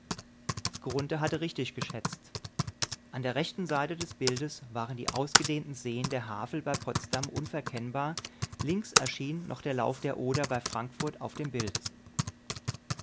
hatte richtig geschätzt an der rechten seite des bildes waren die ausgedehnten seen der havel bei potsdam unverkennbar links erschien noch der lauf der oder bei frankfurt auf dem bild